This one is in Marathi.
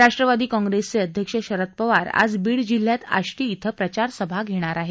राष्ट्रवादी काँग्रेसचे अध्यक्ष शरद पवार आज बीड जिल्ह्यात आष्टी धिं प्रचारसभा घेणार आहेत